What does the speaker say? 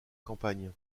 campagne